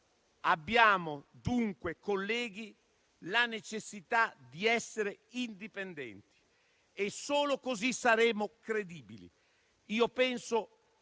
Abbiamo, dunque, colleghi la necessità di essere indipendenti e solo così saremo credibili. Penso